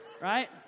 right